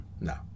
No